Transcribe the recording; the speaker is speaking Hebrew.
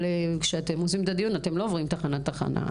אבל כשאתם עושים את הדיון אתם לא עוברים תחנה תחנה,